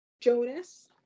Jonas